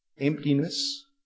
emptiness